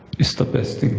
is the best thing